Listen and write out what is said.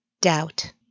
Doubt